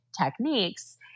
techniques